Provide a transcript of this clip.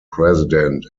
president